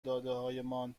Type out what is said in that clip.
دادههایمان